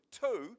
two